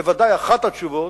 בוודאי אחת התשובות,